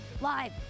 live